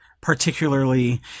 particularly